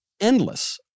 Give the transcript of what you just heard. endless